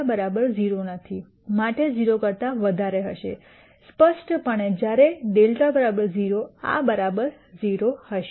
0 માટે 0 કરતા વધારે હશે સ્પષ્ટપણે જ્યારે δ 0 આ 0 હશે